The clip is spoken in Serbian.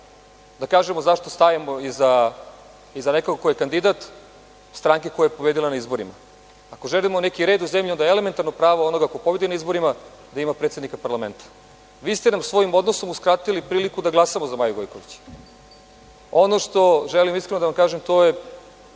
da kažemo zašto stajemo iza nekoga ko je kandidat stranke koja je pobedila na izborima. Ako želimo neki red u zemlji, onda je elementarno pravo onoga ko pobedi na izborima da ima predsednika parlamenta. Vi ste nam svojim odnosom uskratili priliku da glasamo za Maju Gojković. Ono što želim iskreno da vam kažem, to je